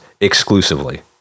exclusively